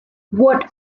what